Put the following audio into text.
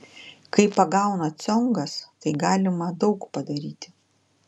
kai pagauna ciongas tai galima daug padaryti